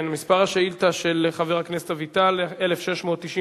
מספר השאילתא של חבר הכנסת אביטל 1694,